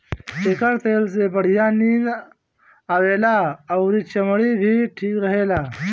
एकर तेल से बढ़िया नींद आवेला अउरी चमड़ी भी ठीक रहेला